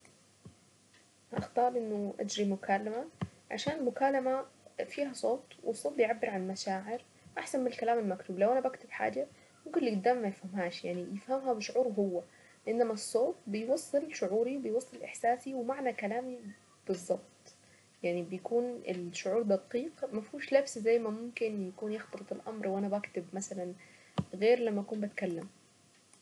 اختار انه اجري مكالمة عشان المكالمة فيها صوت والصوت بيعبر عن مشاعر احسن من الكلام المكتوب لو انا بكتب حاجة يقول لي قدام ما يفهمهاش يعني يفهمها بشعوره هو. انما الصوت بيوصل شعوري بيوصل احساسي ومعنى كلامي بالظبط يعني بيكون الشعور دقيق ما فيهوش لبس زي ما ممكن يكون يختلط الامر وانا بكتب مثلا غير لما اكون بتكلم.